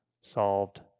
solved